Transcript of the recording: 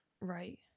Right